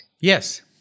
Yes